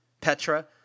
Petra